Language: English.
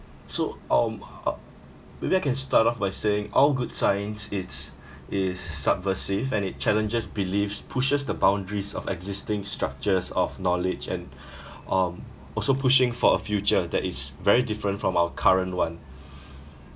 so um uh maybe I can start off by saying all good science it's is subversive and it challenges believes pushes the boundaries of existing structures of knowledge and um also pushing for a future that is very different from our current one